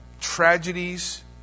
tragedies